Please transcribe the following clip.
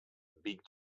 big